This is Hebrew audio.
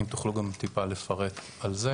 אם תוכלו גם מעט לפרט על כך.